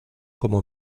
como